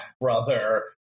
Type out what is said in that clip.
brother